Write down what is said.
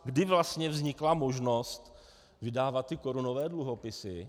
Kdy vlastně vznikla možnost vydávat korunové dluhopisy?